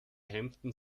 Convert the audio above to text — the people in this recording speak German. hemden